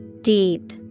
Deep